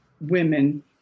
women